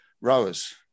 rowers